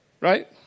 right